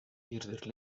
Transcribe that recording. eerder